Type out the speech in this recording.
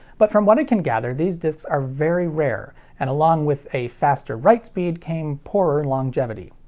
but from what i can gather these discs are very rare, and along with a faster write speed came poorer longevity.